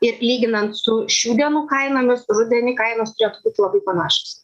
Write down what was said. ir lyginant su šių dienų kainomis rudenį kainos turėtų būti labai panašios